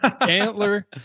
Antler